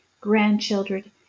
grandchildren